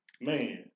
man